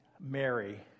Mary